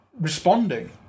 responding